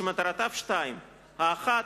שמטרותיו שתיים: האחת,